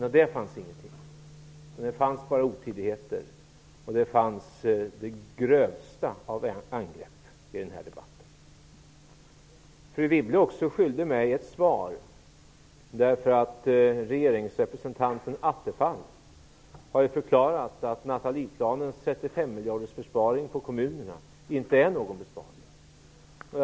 Om detta fanns ingenting, utan det fanns bara otidigheter och de grövsta av angrepp i den här debatten. Fru Wibble är också skyldig mig ett svar. Nathalieplanens 35-miljardersbesparing för kommunerna inte är någon besparing.